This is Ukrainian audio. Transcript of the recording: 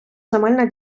земельна